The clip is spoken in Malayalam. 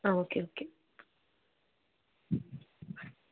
ആ ഓക്കേ ഓക്കേ